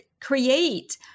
create